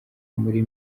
muri